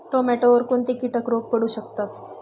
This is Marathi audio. टोमॅटोवर कोणते किटक रोग पडू शकतात?